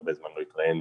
הרבה זמן לא התראנו